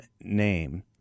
name